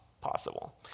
possible